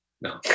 No